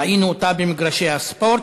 ראינו אותה במגרשי הספורט,